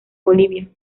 bolivia